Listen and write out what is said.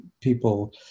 people